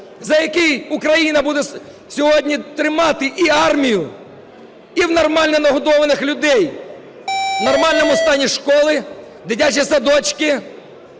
за який Україна буде сьогодні тримати і армію, і нормально нагодованих людей, в нормальному стані школи, дитячі садочки.